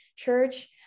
church